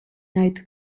night